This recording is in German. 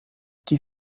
die